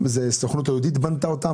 הסוכנות היהודית בנתה את הבתים האלה?